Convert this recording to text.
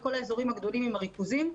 בכל אזורי הריכוזים הגדולים,